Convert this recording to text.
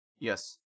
Yes